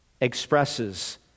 expresses